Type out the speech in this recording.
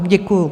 Děkuju.